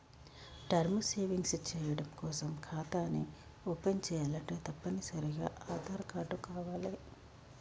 term savings చెయ్యడం కోసం ఖాతాని ఓపెన్ చేయాలంటే తప్పనిసరిగా ఆదార్ కార్డు కావాలే